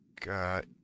got